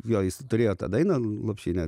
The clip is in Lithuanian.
jo jis turėjo tą dainą lopšinę